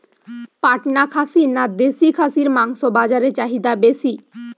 পাটনা খাসি না দেশী খাসির মাংস বাজারে চাহিদা বেশি?